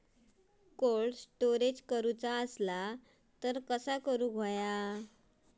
Cold storage करूचा असला तर कसा करायचा?